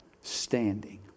standing